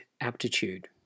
aptitude